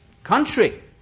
Country